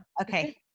Okay